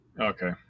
Okay